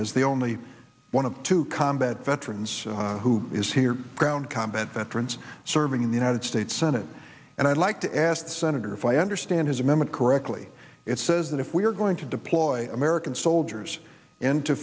as the only one of two combat veterans who is here ground combat veterans serving in the united states senate and i'd like to ask senator if i understand his amendment correctly it says that if we are going to deploy american soldiers into